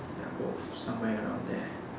ya both somewhere around there